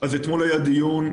אתמול היה דיון,